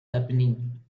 happening